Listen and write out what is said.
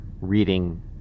reading